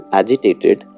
agitated